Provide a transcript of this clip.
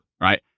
right